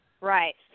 right